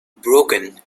broken